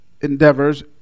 endeavors